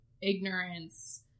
ignorance